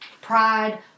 pride